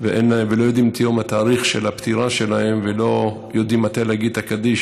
ולא יודעים את תאריך הפטירה שלהם ולא יודעים מתי להגיד את הקדיש,